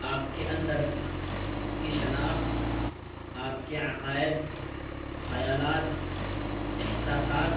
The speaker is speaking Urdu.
آپ کے اندر کی شناخت آپ کے عقائد خیالات احساسات